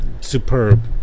superb